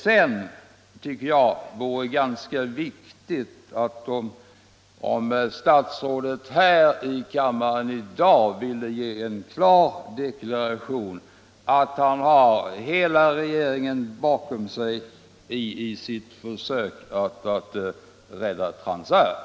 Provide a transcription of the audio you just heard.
Slutligen tycker jag att det vore mycket värdefullt om statsrådet här i dag ville ge en klar deklaration om att han har hela regeringen bakom sig i sina försök att rädda Transair.